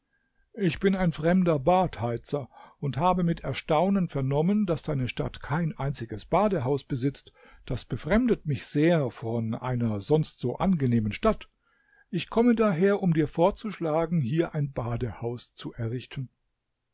ich bin ein fremder badheizer und habe mit erstaunen vernommen daß deine stadt kein einziges badehaus besitzt das befremdet mich sehr von einer sonst so angenehmen stadt ich komme daher um dir vorzuschlagen hier ein badehaus zu errichten